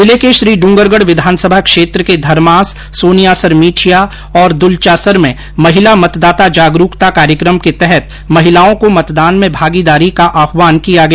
जिले के श्रीड्रंगरगढ विधानसभा क्षेत्र के धर्मास सोनियासर मीठिया और द्रलचासर में महिला मतदाता जागरूकता कार्यक्रम के तहत महिलाओं को मतदान में भागीदारी का आहवान किया गया